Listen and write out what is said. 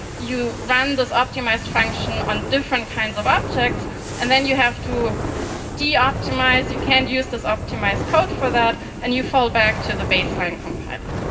you run this optimised function on different kind of objects and then you have to de-optimise, you can use this optimised code for that, and you fall back to the baseline compiler.